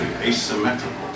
asymmetrical